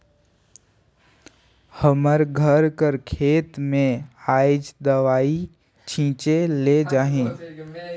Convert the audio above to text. हमर घर कर खेत में आएज दवई छींचे ले जाही